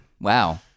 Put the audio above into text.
Wow